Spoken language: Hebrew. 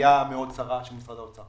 ראייה מאוד צרה של משרד האוצר.